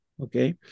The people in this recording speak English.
Okay